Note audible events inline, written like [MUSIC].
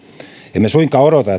emme suinkaan odota [UNINTELLIGIBLE]